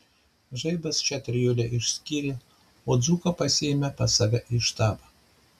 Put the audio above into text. žaibas šią trijulę išskyrė o dzūką pasiėmė pas save į štabą